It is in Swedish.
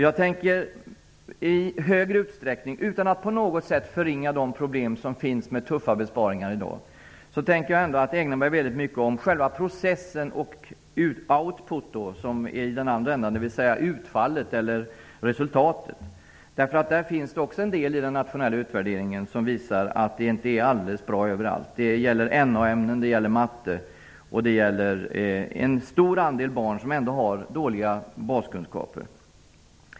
Jag tänker i högre utsträckning -- utan att på något sätt förringa de problem som finns i dag med tuffa besparingar -- ägna mig åt processen, dvs. ''output'' i den andra ändan. Det är alltså utfallet eller resultatet. Där finns det också en del i den nationella utvärderingen som visar att det inte är alldeles bra överallt. Det gäller Na-ämnen och matte. Många barn har dåliga baskunskaper.